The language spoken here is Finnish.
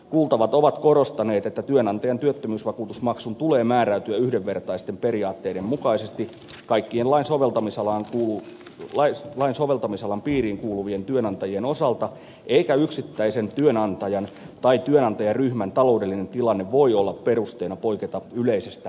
kuultavat ovat korostaneet että työnantajan työttömyysvakuutusmaksun tulee määräytyä yhdenvertaisten periaatteiden mukaisesti kaikkien lain soveltamisalan piiriin kuuluvien työnantajien osalta eikä yksittäisen työnantajan tai työnantajaryhmän taloudellinen tilanne voi olla perusteena poiketa yleisestä maksuvelvollisuudesta